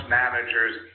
manager's